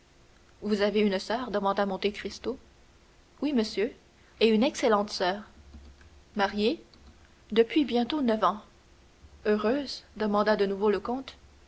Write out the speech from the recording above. vous avez une soeur demanda monte cristo oui monsieur et une excellente soeur mariée depuis bientôt neuf ans heureuse demanda de nouveau le comte